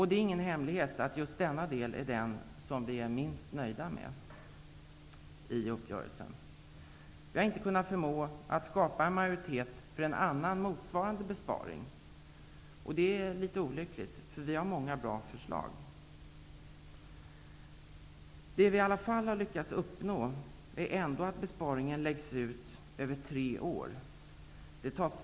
Det är ingen hemlighet att just denna del i uppgörelsen är den som vi är minst nöjda med. Vi har inte förmått skapa en majoritet för en annan, motsvarande besparing. Det är litet olyckligt, eftersom vi har många bra förslag. Det vi har lyckats uppnå är att besparingen läggs ut över tre år.